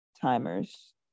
timers